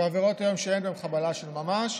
בעבירות שאין בהן חבלה של ממש,